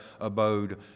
abode